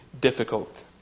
difficult